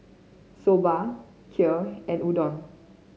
Soba Kheer and Udon